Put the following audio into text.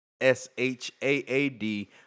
S-H-A-A-D